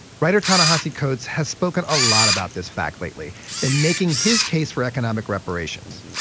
writer, ta-nehisi coates, has spoken a lot about this fact lately and making his case for economic reparations.